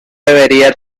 debería